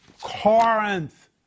Corinth